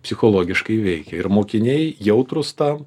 psichologiškai veikia ir mokiniai jautrūs tam